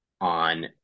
on